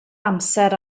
amser